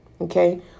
okay